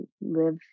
live